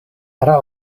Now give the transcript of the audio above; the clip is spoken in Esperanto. tra